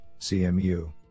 CMU